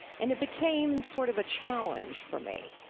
and it became sort of a challenge for me,